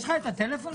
יש לך את הטלפון שלו?